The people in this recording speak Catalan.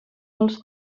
els